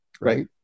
right